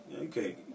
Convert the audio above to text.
Okay